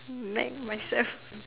smack myself